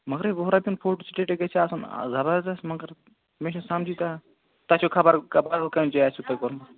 مگرَے وُہ رۄپیُن فوٹوسٹیٹَے گَژھِ آسُن زَبردس مگر مےٚ چھُنہٕ سَمجے تَران تۄہہِ چھُو خَبر کر بَدل کُنہِ جایہِ آسِوُ تۄہہِ کوٚرمُت